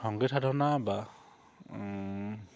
সংগীত সাধনা বা